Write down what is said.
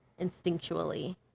instinctually